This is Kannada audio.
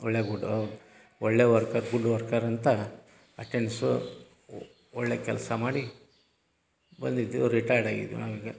ಒಳ್ಳೆಯ ಗುಡ್ಡೊ ಒಳ್ಳೆಯ ವರ್ಕರ್ ಗುಡ್ ವರ್ಕರ್ ಅಂತ ಅಟೆನ್ಸು ಒ ಒಳ್ಳೆಯ ಕೆಲಸ ಮಾಡಿ ಬಂದಿದ್ದು ರಿಟೈರ್ಡ್ ಆಗಿದ್ವಿ ನಾವೀಗ